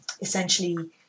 essentially